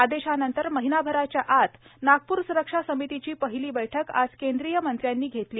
आदेशानंतर महिनाभराच्या आत नागपूर सुरक्षा समितीची पहिली बैठक आज केंद्रीय मंत्र्यांनी घेतली